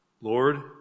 Lord